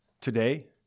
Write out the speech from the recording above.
today